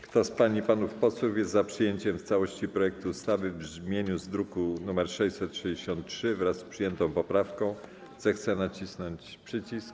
Kto z pań i panów posłów jest za przyjęciem w całości projektu ustawy w brzmieniu z druku nr 663, wraz z przyjętą poprawką, zechce nacisnąć przycisk.